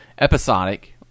episodic